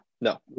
no